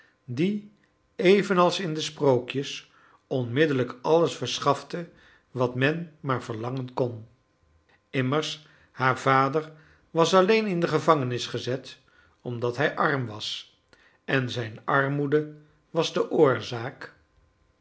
die evenals in de sprookjes onmiddellijk alles verschafte wat men maar verlangen kon immers haar vader was alleen in de gevangenis gezet omdat hij arm was en zijn armoede was de oorzaak